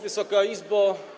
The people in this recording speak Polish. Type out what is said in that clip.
Wysoka Izbo!